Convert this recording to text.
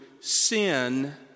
sin